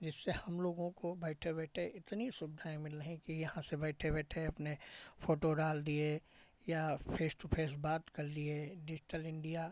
जिससे हम लोगों को बैठे बैठे इतनी सुविधाएँ मिल रही हैं कि यहाँ से बैठे बैठे अपने फ़ोटो डाल दिए या फ़ेस टू फे़स बात कर लिए डिज़िटल इंडिया